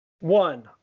one